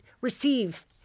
Receive